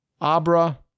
Abra